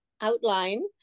outline